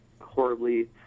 horribly